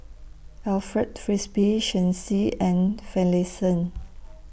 Alfred Frisby Shen Xi and Finlayson